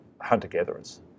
hunter-gatherers